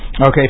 okay